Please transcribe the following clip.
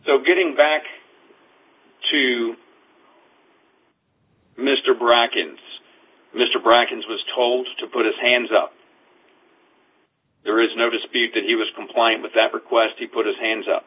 so getting back to mr brackett and mr bracken's was told to put his hands up there is no dispute that he was compliant with that request he put his hands up